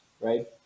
right